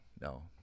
No